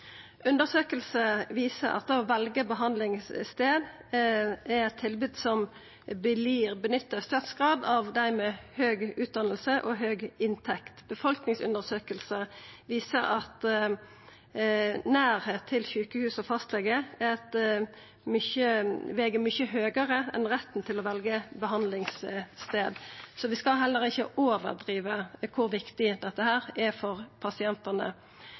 viser at det å velja behandlingsstad er eit tilbod som vert nytta i størst grad av dei med høg utdanning og høg inntekt. Befolkningsundersøkingar viser at nærleik til sjukehus og fastlege veg mykje tyngre enn retten til å velja behandlingsstad, så vi skal heller ikkje overdriva kor viktig dette er for pasientane.